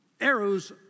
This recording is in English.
Arrows